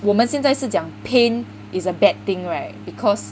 我们现在是讲 pain is a bad thing right because